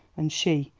and she,